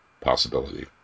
possibility